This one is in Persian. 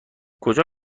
کجا